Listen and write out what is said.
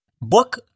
Book